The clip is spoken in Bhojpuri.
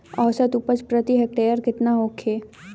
औसत उपज प्रति हेक्टेयर केतना होखे?